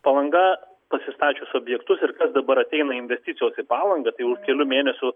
palanga pasistačius objektus ir kas dabar ateina investicijos į palangą tai už kelių mėnesių